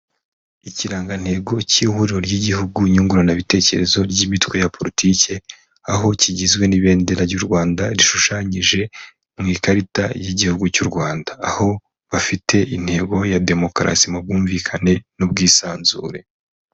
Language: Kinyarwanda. Ikirangantego cy'ihuriro ry'igihugu nyunguranabitekerezo ry'imitwe ya polutike, aho kigizwe n'ibendera ry'u Rwanda, rishushanyije mu ikarita y'igihugu cy'u Rwanda. Aho bafite intego ya demokarasi mu bwumvikane n'ubwisanzure.